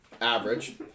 Average